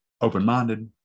open-minded